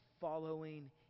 following